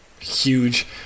huge